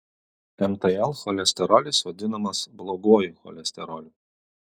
mtl cholesterolis vadinamas bloguoju cholesteroliu